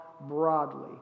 broadly